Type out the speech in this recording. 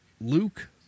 Luke